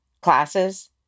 classes